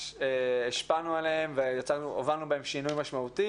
השפענו עליהם והובלנו בהם שינוי משמעותי,